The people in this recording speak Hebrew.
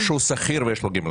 או שהוא שכיר ויש לו גמלה.